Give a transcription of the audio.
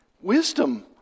wisdom